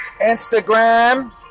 Instagram